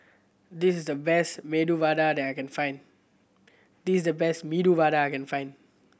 this is the best Medu Vada that I can find this is the best Medu Vada I can find